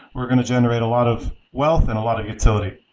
we're going to generate a lot of wealth and a lot of utility.